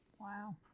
Wow